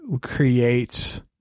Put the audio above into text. creates